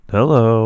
Hello